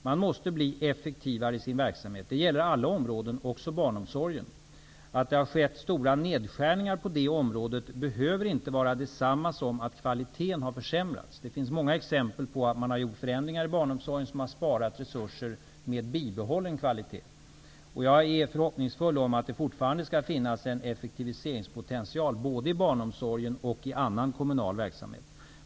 Man måste bli effektivare i sin verksamhet. Det gäller alla områden, också barnomsorgen. Att stora nedskärningar har skett på det området behöver inte vara detsamma som att kvaliteten har försämrats. Det finns många exempel på förändringar i barnomsorgen som inneburit att man, med bibehållen kvalitet, har sparat resurser. Jag är hoppfull och tror att det fortfarande finns en effektiviseringspotential både inom barnomsorgen och inom annan kommunal verksamhet.